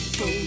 go